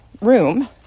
room